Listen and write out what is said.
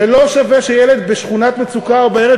זה לא שווה שילד בשכונת מצוקה או בעיירת